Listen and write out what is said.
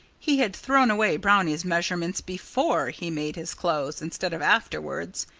he had thrown away brownie's measurements before he made his clothes, instead of afterwards.